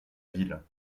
ville